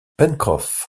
pencroff